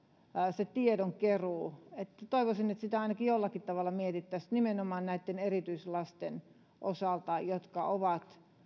se tiedonkeruu mahdollistetaan toivoisin että sitä ainakin jollakin tavalla mietittäisiin nimenomaan näiden erityislasten osalta jotka ovat